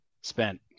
spent